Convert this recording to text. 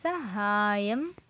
సహాయం